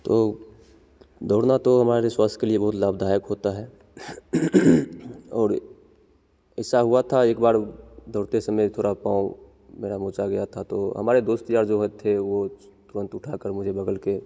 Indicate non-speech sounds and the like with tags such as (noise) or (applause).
तो दौड़ना तो हमारे लिए स्वास्थ्य के लिए बहुत लाभदायक होता है और ऐसा हुआ था एक बार दौड़ते समय थोड़ा पांव मेरा मोच आ गया था तो हमारे दोस्त यार जो (unintelligible) थे वो तुरंत उठाकर मुझे बगल के